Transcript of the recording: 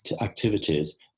activities